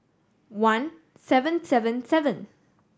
one seven seven seven